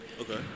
Okay